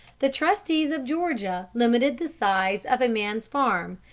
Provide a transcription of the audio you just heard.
the trustees of georgia limited the size of a man's farm,